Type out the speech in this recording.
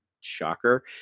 shocker